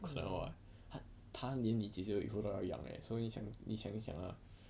is like what 他他连你姐姐都要养 leh so 你想你想一想 lah